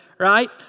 right